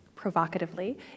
provocatively